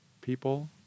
people